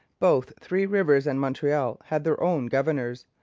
both three rivers and montreal had their own governors,